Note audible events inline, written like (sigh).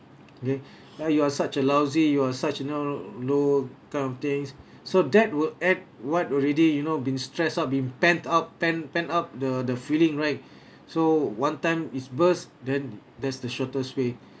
okay ya you are such a lousy you are such you know low kind of things so that will add what already you know been stressed out been pent up pent pent up the the feeling right (breath) so one time is burst then that's the shortest way